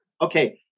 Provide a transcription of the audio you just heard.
okay